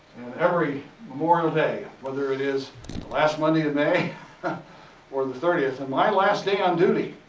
every memorial day, whether it is the last monday of may or the thirtieth. and my last day on duty,